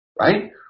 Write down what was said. right